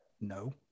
no